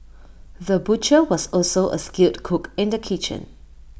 the butcher was also A skilled cook in the kitchen